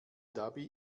dhabi